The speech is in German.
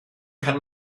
kann